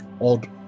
odd